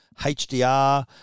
HDR